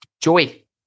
Joey